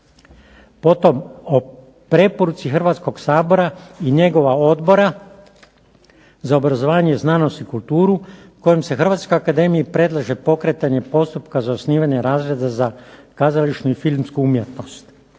Potom o preporuci Hrvatskoga sabora i njegova Odbora za obrazovanje, znanost i kulturi kojom se Hrvatskoj akademiji predlaže pokretanje postupka za osnivanje razreda za kazališnu i filmsku umjetnost.